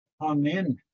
Amen